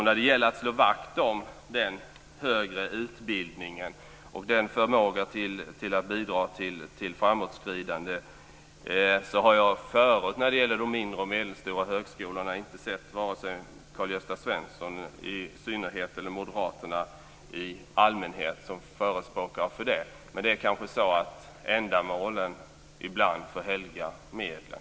När det gäller att slå vakt om den högre utbildningen och dess förmåga att bidra till framåtskridande har jag tidigare beträffande de mindre och medelstora högskolorna inte sett vare sig Karl-Gösta Svenson i synnerhet eller moderater i allmänhet som förespråkare för dem. Men ändamålen får kanske ibland helga medlen.